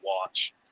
watch